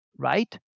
right